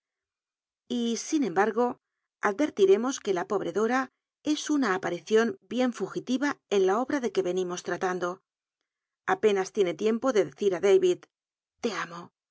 y sin embargo advertiremos que la pobre dora es una aparicion bien fu gitira en la obm de que renimos tratando apenas tiene tiempo de decir á d wid te amo